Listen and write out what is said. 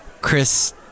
Chris